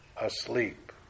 asleep